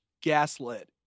gaslit